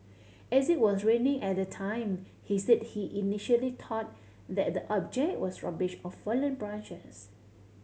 as it was raining at the time he said he initially thought that the object was rubbish or fallen branches